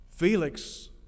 Felix